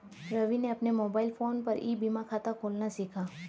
रवि ने अपने mobile phone पर ई बीमा खाता खोलना सीखा